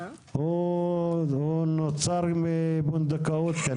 כנראה שהוא נוצר מפונדקאות.